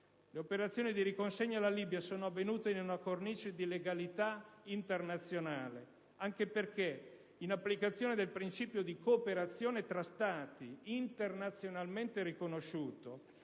Le operazioni di riconsegna alla Libia sono avvenute in una cornice di legalità internazionale, anche perché, in applicazione del principio di cooperazione tra Stati internazionalmente riconosciuto,